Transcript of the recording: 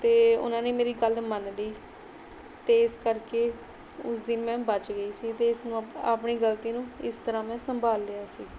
ਅਤੇ ਉਹਨਾਂ ਨੇ ਮੇਰੀ ਗੱਲ ਮੰਨ ਲਈ ਅਤੇ ਇਸ ਕਰਕੇ ਉਸ ਦਿਨ ਮੈਂ ਬਚ ਗਈ ਸੀ ਅਤੇ ਇਸਨੂੰ ਆਪ ਆਪਣੀ ਗਲਤੀ ਨੂੰ ਇਸ ਤਰ੍ਹਾਂ ਮੈਂ ਸੰਭਾਲ ਲਿਆ ਸੀ